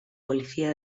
policía